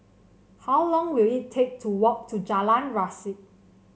how long will it take to walk to Jalan Resak